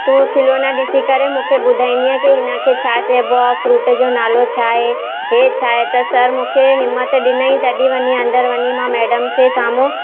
तूं उहो खिलौना ॾिसी करे मूंखे ॿुधाइंदीअ की हिनखे छा चइबो आहे फ्रूट जो नालो छा आहे हीअ छा आहे त सर मूंखे हिमत ॾिनईं तॾहिं वञी अंदरि वञी मां मैडम खे साम्हूं